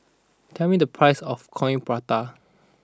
tell me the price of Coin Prata